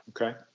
Okay